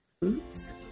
boots